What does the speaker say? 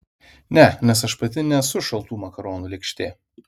ne nes aš pati nesu šaltų makaronų lėkštė